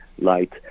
light